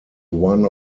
one